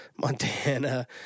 Montana